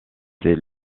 c’est